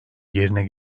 yerine